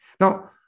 Now